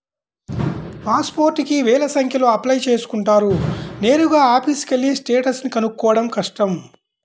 pass పోర్టుకి వేల సంఖ్యలో అప్లై చేసుకుంటారు నేరుగా ఆఫీసుకెళ్ళి స్టేటస్ ని కనుక్కోడం కష్టం